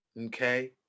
okay